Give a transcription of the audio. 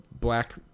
black